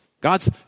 God's